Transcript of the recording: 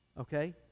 okay